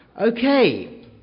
Okay